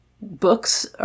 books